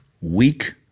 weak